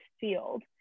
field